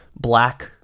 black